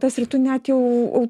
tas ir tu net jau